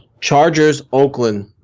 Chargers-Oakland